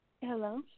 Hello